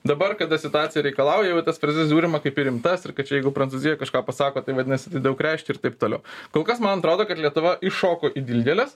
dabar kada situacija reikalauja jau į tas frazes žiūrima kaip į rimtas ir kad čia jeigu prancūzija kažką pasako tai vadinasi daug reiškia ir taip toliau kol kas man atrodo kad lietuva įšoko į dilgėles